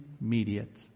immediate